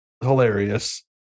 hilarious